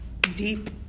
deep